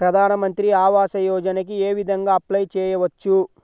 ప్రధాన మంత్రి ఆవాసయోజనకి ఏ విధంగా అప్లే చెయ్యవచ్చు?